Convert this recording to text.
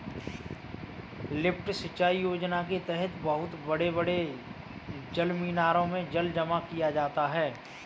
lift सिंचाई योजना के तहद बहुत बड़े बड़े जलमीनारों में जल जमा किया जाता है